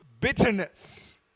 bitterness